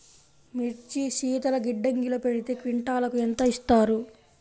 మిర్చి శీతల గిడ్డంగిలో పెడితే క్వింటాలుకు ఎంత ఇస్తారు?